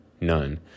None